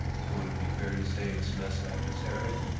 sort of be fair to say it is less adversarial?